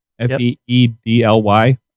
Feedly